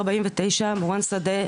שדה,